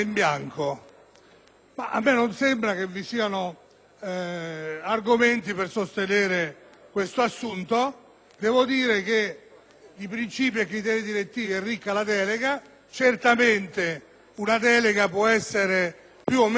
Non mi sembra che vi siano argomenti per sostenere questo assunto e devo dire che di principi e criteri direttivi è ricca la delega. Certamente una delega può essere più o meno dettagliata,